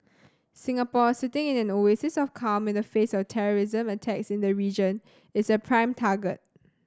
Singapore sitting in an oasis of calm in the face of terrorism attacks in the region is a prime target